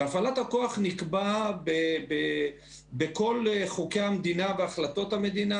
בהפעלת הכוח נקבעה בכל חוקי המדינה והחלטות המדינה